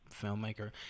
filmmaker